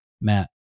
Matt